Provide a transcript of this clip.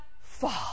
fall